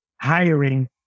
hiring